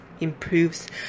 improves